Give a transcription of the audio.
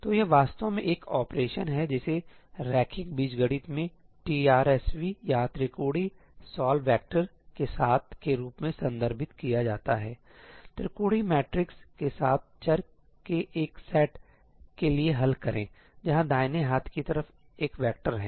तो यह वास्तव में एक ऑपरेशन है जिसे रैखिक बीजगणित में TRSV या त्रिकोणीय सॉल्व वेक्टर के साथ के रूप में संदर्भित किया जाता है त्रिकोणीय मैट्रिक्स के साथ चर के एक सेट के लिए हल करें जहां दाहिने हाथ की तरफ एक वेक्टर है